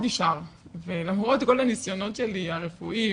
נשאר ולמרות כל הניסיונות שלי הרפואיים,